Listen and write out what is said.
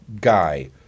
Guy